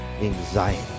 anxiety